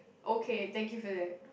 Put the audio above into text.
okay thank you for that